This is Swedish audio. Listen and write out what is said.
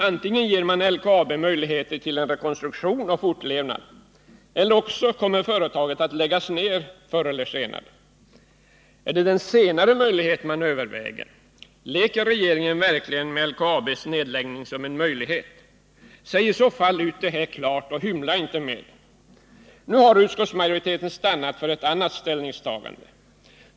Antingen ger man LKAB möjligheter till en rekonstruktion och fortlevnad eller också kommer företaget förr eller senare att läggas ned. Är det den senare möjligheten man överväger? Leker regeringen verkligen med LKAB:s nedläggning som en möjlighet? Säg i så fall ut det klart, och hymla inte med det! Nu har utskottsmajoriteten stannat för ett annat ställningstagande.